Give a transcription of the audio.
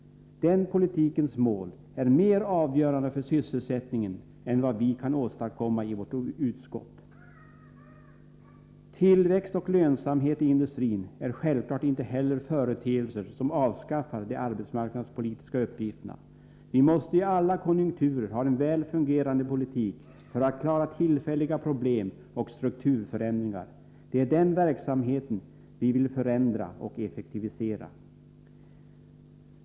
Den politikens innehåll är mer avgörande för sysselsättningen än vad vi kan åstadkomma i vårt utskott. Tillväxt och lönsamhet i industrin är självfallet inte heller företeelser som avskaffar de arbetsmarknadspolitiska uppgifterna. Vi måste i alla konjunkturer ha en väl fungerande politik för att klara tillfälliga problem och strukturförändringar. Det är den verksamheten vi vill förändra och effektivisera.